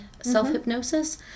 self-hypnosis